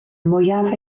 mwyaf